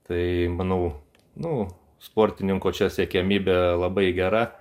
tai manau nu sportininko čia siekiamybė labai gera